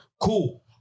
Cool